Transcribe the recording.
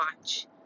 watch